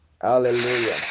Hallelujah